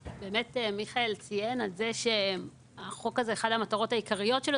מיכאל ציין את זה שאחת המטרות העיקריות של החוק הזה